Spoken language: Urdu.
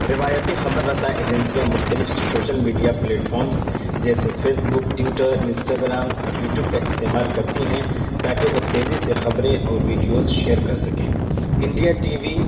روایتی خبر رساں ایجنسیاں مختلف شوشل میڈیا پلیٹ فارمس جیسے Facebook Twitter Instagram اور یو ٹیوب کا استعمال کرتی ہیں تا کہ وہ تیزی سے خبریں اور ویڈیوز شیئر کر سکیں انڈیا ٹی وی